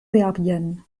serbien